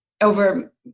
over